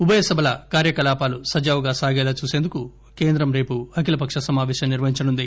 ఉభయసభల కార్యకలాపాలు సజావుగా సాగేలా చూసేందుకు కేంద్రం రేపు అఖిల పక్ష సమావేశం నిర్వహించనుంది